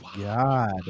God